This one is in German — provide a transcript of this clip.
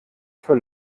für